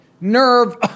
nerve